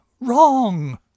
wrong